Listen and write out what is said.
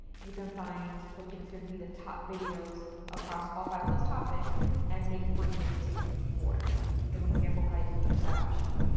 you can find what you consider to be the top videos across all five of those topics and make one mix tape for it is an example of how you can use that option.